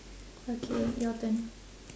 okay your turn